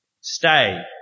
Stay